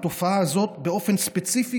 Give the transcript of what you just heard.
התופעה הזאת באופן ספציפי,